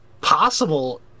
possible